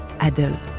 Adel